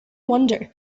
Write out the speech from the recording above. wonder